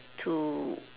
to